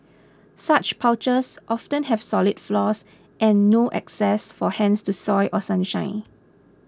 such porches often have solid floors and no access for hens to soil or sunshine